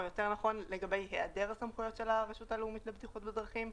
או יותר נכון לגבי היעדר סמכויות הרשות הלאומית לבטיחות בדרכים.